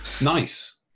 Nice